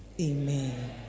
amen